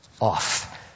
off